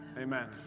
Amen